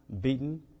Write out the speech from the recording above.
beaten